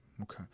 okay